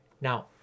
Now